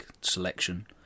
selection